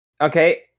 Okay